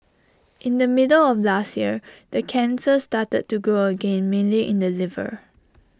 in the middle of last year the cancer started to grow again mainly in the liver